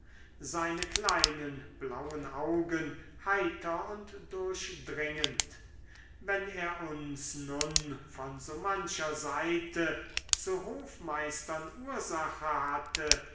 seine kleinen blauen augen heiter und durchdringend wenn er uns nun von so mancher seite zu hofmeistern ursache hatte